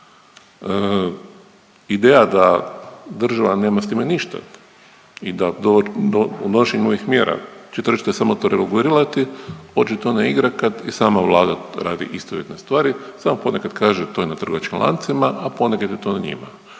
Ideja da država nema s time ništa i da donošenjem ovih mjera će tržište samo to regulirati očito ne igra kad i sama Vlada radi istovjetne stvari samo ponekad kaže to je na trgovačkim lancima, a ponekad je to na njima.